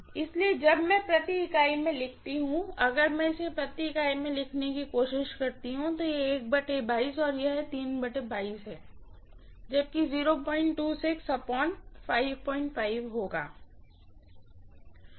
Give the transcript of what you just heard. इसलिए जब मैं इसे पर यूनिट में लिखती हूँ अगर मैं इसे पर यूनिट में लिखने की कोशिश करती हूँ तो यह है और यह जबकि यह होगा